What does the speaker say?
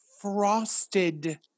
frosted